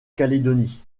calédonie